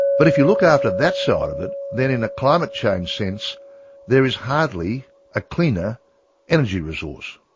but if you look after that side of it then in a climate change sense there is hardly a cleaner energy resource.